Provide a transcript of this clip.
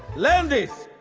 learn this!